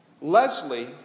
Leslie